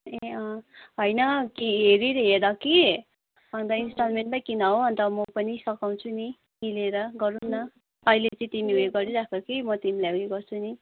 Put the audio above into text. ए होइन हेरी हेर कि अन्त इन्सटलमेन्टमा किन हो अन्त म पनि सघाउँछु नि किनेर गरौँ न अहिले चाहिँ तिमीले गरी राख कि म तिमीलाई उयो गर्छु नि